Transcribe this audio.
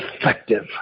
effective